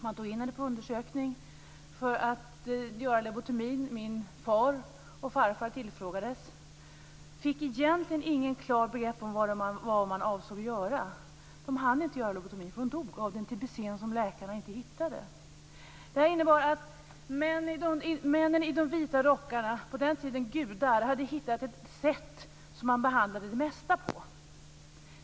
Man tog in henne på undersökning för att sedan göra en lobotomi. Min far och min farfar tilfrågades men fick egentligen inte klart för sig vad man avsåg att göra. Lobotomin hann man dock inte göra, för farmor dog av den tbc som läkarna inte hittade. Männen i de vita rockarna, på den tiden gudar, hade hittat ett sätt att behandla det mesta på.